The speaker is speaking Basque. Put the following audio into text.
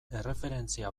erreferentzia